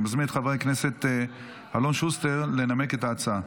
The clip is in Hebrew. אני מזמין את חבר הכנסת אלון שוסטר לנמק את ההצעה.